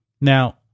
Now